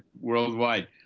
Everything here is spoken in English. worldwide